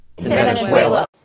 Venezuela